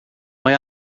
mae